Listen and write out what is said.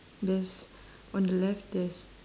there's on the left there's